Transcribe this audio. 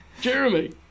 Jeremy